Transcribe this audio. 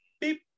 beep